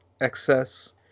excess